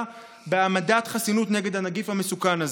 בהעמדת חסינות נגד הנגיף המסוכן הזה.